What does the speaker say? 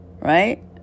Right